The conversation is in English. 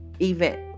event